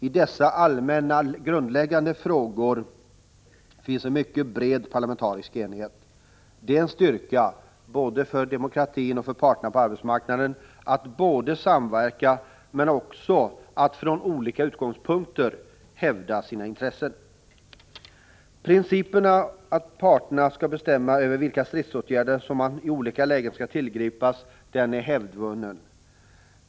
I dessa allmänna grundläggande frågor finns en mycket bred parlamentarisk enighet. Det är en styrka både för demokratin och för parterna på arbetsmarknaden att samverka men också att från olika utgångspunkter hävda sina intressen. Principerna att parterna skall bestämma över vilka stridsåtgärder som i olika lägen skall tillgripas är hävdvunnen.